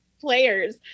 players